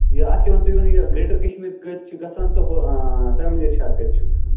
یہِ اَتھ کیٛاہ وَنان تُہۍ ؤنِو یہِ گریٹر کَشمیٖر کۭتِس چھِ گژھان تہٕ ہُہ آ تامِل اِرشاد کۭتِس چھُ گژھان